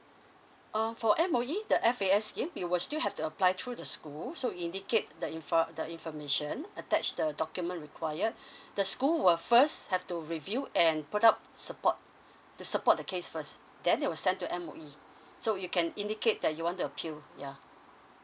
uh for M_O_E the F_A_S scheme you will still have to apply through the school so you indicate the info the information attach the document required the school will first have to review and put up support to support the case first then they will send to M_O_E so you can indicate that you want to appeal ya